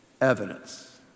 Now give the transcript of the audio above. evidence